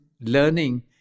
learning